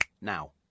Now